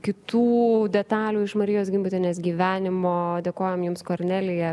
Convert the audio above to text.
kitų detalių iš marijos gimbutienės gyvenimo dėkojam jums kornelija